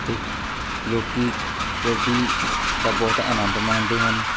ਅਤੇ ਲੋਕ ਕਬੱਡੀ ਦਾ ਬਹੁਤ ਆਨੰਦ ਮਾਣਦੇ ਹਨ